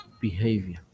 behavior